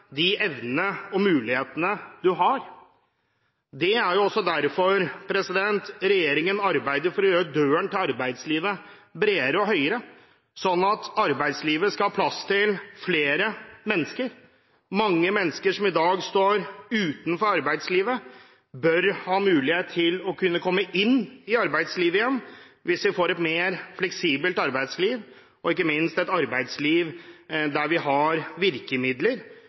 de evnene og mulighetene man har. Det er også derfor regjeringen arbeider for å gjøre døren til arbeidslivet bredere og høyere, sånn at arbeidslivet skal ha plass til flere mennesker. Mange mennesker som i dag står utenfor arbeidslivet, bør ha mulighet til å kunne komme inn i arbeidslivet igjen hvis man får et mer fleksibelt arbeidsliv og ikke minst et arbeidsliv der man har virkemidler